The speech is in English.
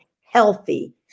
healthy